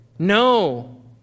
No